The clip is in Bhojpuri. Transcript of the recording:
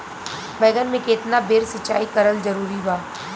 बैगन में केतना बेर सिचाई करल जरूरी बा?